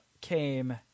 came